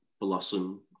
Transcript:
blossom